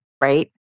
Right